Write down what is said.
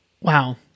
Wow